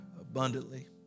abundantly